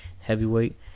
heavyweight